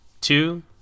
two